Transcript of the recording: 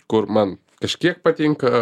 kur man kažkiek patinka